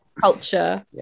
culture